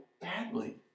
badly